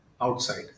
outside